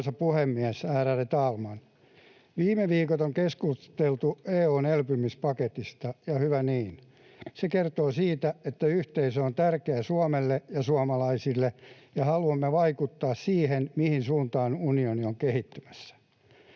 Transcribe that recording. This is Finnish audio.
puhemies, ärade talman! Viime viikot on keskusteltu EU:n elpymispaketista, ja hyvä niin. Se kertoo siitä, että yhteisö on tärkeä Suomelle ja suomalaisille ja haluamme vaikuttaa siihen, mihin suuntaan unioni on kehittymässä.